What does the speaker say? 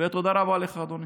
ותודה רבה לך, אדוני.